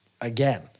again